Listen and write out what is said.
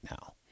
now